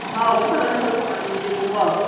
ꯑꯍꯥꯎꯕ ꯈꯛꯇꯅꯤ ꯑꯩꯈꯣꯏꯅ ꯄꯥꯝꯂꯤꯁꯤꯗꯤꯕꯀꯣ